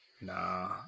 Nah